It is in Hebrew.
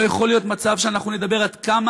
לא יכול להיות מצב שאנחנו נדבר עד כמה